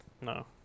No